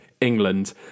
England